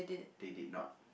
they did not